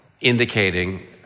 indicating